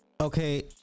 Okay